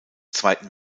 zweiten